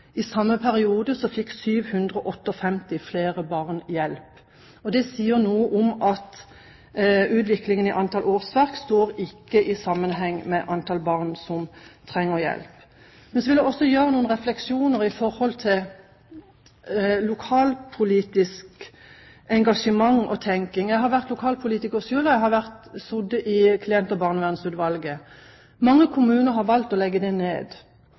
I samme periode fikk 758 flere barn hjelp, og det sier noe om at utviklingen i antall årsverk ikke står i forhold til antall barn som trenger hjelp. Så vil jeg gjøre meg noen refleksjoner i forhold til lokalpolitisk engasjement og tenking. Jeg har vært lokalpolitiker selv, og jeg har sittet i klient- og barnevernsutvalget. Mange kommuner har valgt å legge det ned,